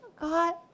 God